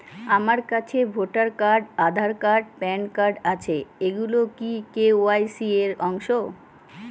আমার কাছে voter card Aadhaar card PAN card আছে এগুলো কি কে.ওয়াই.সি র অংশ?